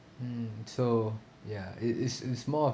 mm so ya it is it's more